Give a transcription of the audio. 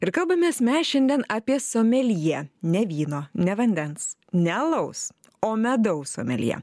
ir kalbamės mes šiandien apie someljė ne vyno ne vandens ne alaus o medaus someljė